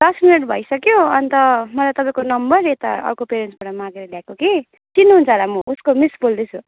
दस मिनट भइसक्यो अन्त मलाई तपाईँको नम्बर यता अर्को पेरेन्ट्सबाट मागेर ल्याएको कि चिन्नुहुन्छ होला म उसको मिस बोल्दैछु